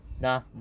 Nah